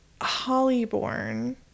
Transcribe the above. Hollyborn